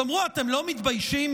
תאמרו, אתם לא מתביישים?